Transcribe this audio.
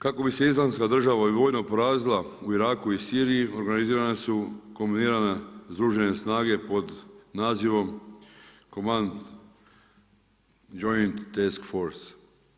Kako bi se Islamska država i vojno porazila u Iraku i Siriji organizirana su kombinirane združene snage pod nazivom Command joint task force.